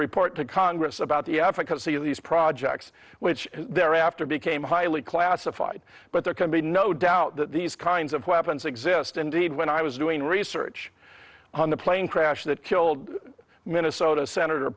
report to congress about the efficacy of these projects which thereafter became highly classified but there can be no doubt that these kinds of weapons exist indeed when i was doing research on the plane crash that killed minnesota senator